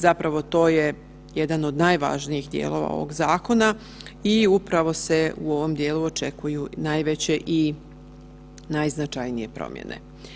Zapravo to je jedan od najvažnijih dijelova ovog zakona i upravo se u ovom dijelu očekuju najveće i najznačajnije promjene.